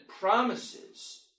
promises